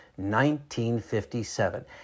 1957